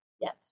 Yes